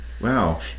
Wow